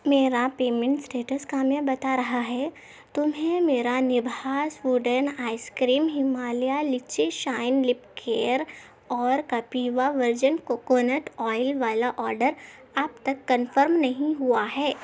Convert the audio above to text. میرا payment status کامیاب بتا رہا ہے تمہیں میرا نبھاس wooden ice cream Himalaya lychee shine lip care اور کپیوا ورجن کوکونٹ آئل والا آرڈر اب تک کنفرم نہیں ہوا ہے